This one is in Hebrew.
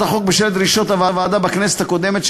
החוק בשל דרישת הוועדה בכנסת הקודמת,